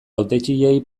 hautetsiei